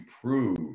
prove